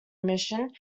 admission